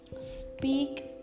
speak